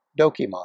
Dokimon